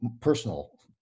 personal